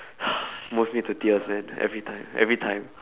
mostly to tears man every time every time